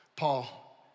Paul